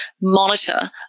monitor